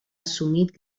assumit